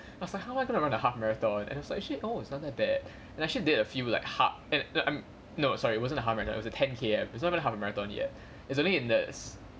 was like how am I gonna run a half marathon and I was like shit oh it's not that bad and actually did a few like half eh um no sorry it wasn't a half marathon it was a ten K_M it's not gonna have a marathon yet it's only in this